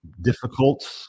Difficult